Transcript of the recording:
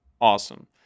awesome